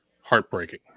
heartbreaking